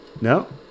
no